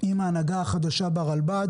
עם ההנהגה החדשה של הרלב"ד.